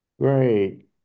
Great